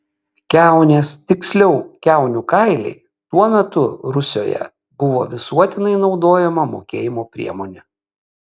kiaunės tiksliau kiaunių kailiai tuo metu rusioje buvo visuotinai naudojama mokėjimo priemonė